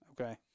Okay